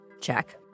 Check